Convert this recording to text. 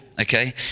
okay